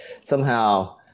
somehow-